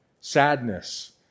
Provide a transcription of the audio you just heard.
Sadness